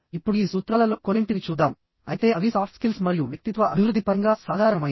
ఇప్పుడు ఈ సూత్రాలలో కొన్నింటిని చూద్దాం అయితే అవి సాఫ్ట్ స్కిల్స్ మరియు వ్యక్తిత్వ అభివృద్ధి పరంగా సాధారణమైనవి